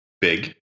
big